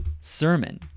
sermon